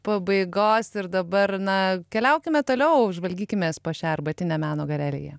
pabaigos ir dabar na keliaukime toliau žvalgykimėspo šią arbatinę meno galerija